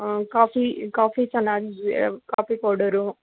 coffee coffee ಚೆನ್ನಾಗಿ coffee powder